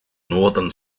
northern